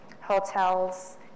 hotels